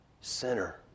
Sinner